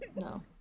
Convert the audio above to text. no